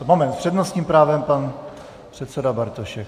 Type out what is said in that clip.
Moment, s přednostním právem pan předseda Bartošek.